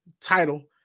title